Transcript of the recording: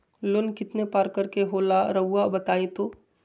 Loan कितने पारकर के होला रऊआ बताई तो?